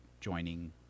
joining